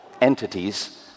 entities